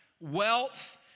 wealth